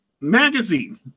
magazine